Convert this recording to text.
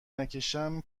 نکشم